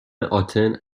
آتن